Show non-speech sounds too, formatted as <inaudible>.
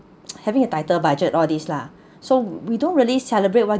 <noise> having a tighter budget all these lah so we don't really celebrate what